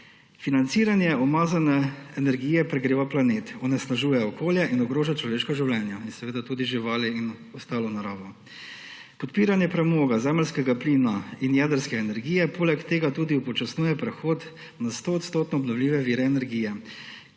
Financiranje umazane energije pregreva planet, onesnažuje okolje in ogroža človeška življenja in seveda tudi živali in ostalo naravo. Podpiranje premoga, zemeljskega plina in jedrske energije poleg tega tudi upočasnjuje prehod na 100-odstotno obnovljive vire energije,